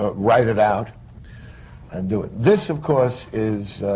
ah write it out and do it. this, of course, is.